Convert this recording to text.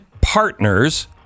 partners